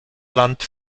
land